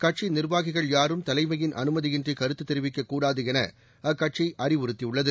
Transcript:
கட்சி நிர்வாகிகள் யாரும் தலைமையின் அனுமதியின்றி கருத்து தெரிவிக்கக் கூடாது என அக்கட்சி அறிவுறுத்தியுள்ளது